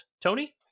Tony